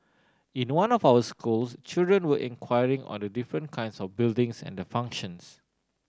in one of our schools children were inquiring on the different kinds of buildings and their functions